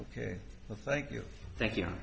ok thank you thank you